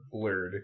blurred